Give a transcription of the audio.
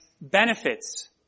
benefits